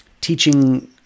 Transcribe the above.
teaching